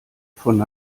von